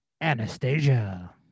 Anastasia